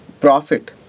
profit